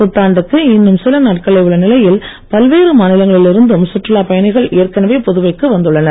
புத்தாண்டுக்கு இன்னும் சில நாட்களே உள்ள நிலையில் பல்வேறு மாநிலங்களில் இருந்து சுற்றுலா பயணிகள் ஏற்கனவே புதுவைக்கு வந்துள்ளனர்